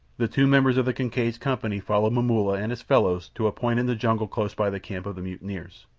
the two members of the kincaid's company followed momulla and his fellows to a point in the jungle close by the camp of the mutineers.